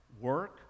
work